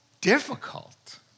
difficult